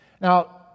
Now